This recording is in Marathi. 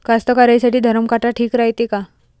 कास्तकाराइसाठी धरम काटा ठीक रायते का?